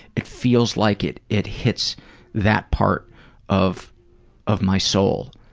it feels like it it hits that part of of my soul.